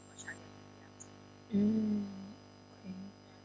mm okay